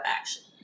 action